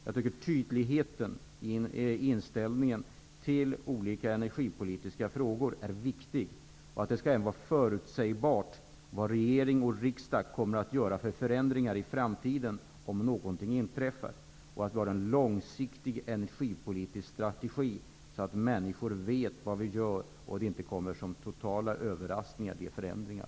Jag tycker att tydligheten i inställningen till olika energipolitiska frågor är viktig och att det även skall vara förutsägbart vilka förändringar regering och riksdag kommer att göra i framtiden om någonting inträffar. För att människor skall veta vad vi gör bör den energipolitiska strategin vara långsiktig, så att inte de förändringar som sker kommer som totala överraskningar.